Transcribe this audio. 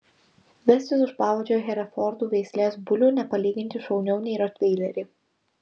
vestis už pavadžio herefordų veislės bulių nepalyginti šauniau nei rotveilerį